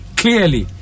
clearly